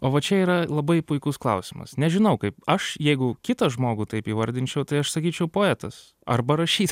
o va čia yra labai puikus klausimas nežinau kaip aš jeigu kitą žmogų taip įvardinčiau tai aš sakyčiau poetas arba rašyt